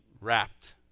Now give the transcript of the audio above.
wrapped